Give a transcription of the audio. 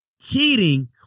cheating